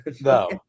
No